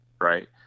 right